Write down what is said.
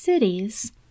Cities